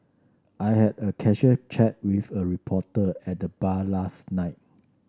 I had a casual chat with a reporter at the bar last night